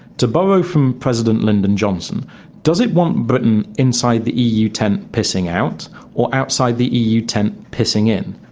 to borrow from president lyndon johnson does it want britain inside the eu tent pissing out or outside the eu tent pissing in?